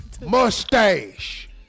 Mustache